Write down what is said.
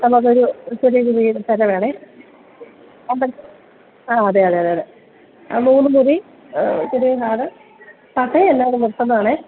നമുക്കൊരു ചെറിയൊരു വീട് പേര വേണം അതെ ആ അതെ അതെ ആ മൂന്ന് മുറിയും ചെറിയ ഹാള് പട്ടയമെല്ലാം നിർബന്ധമാണ്